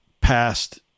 past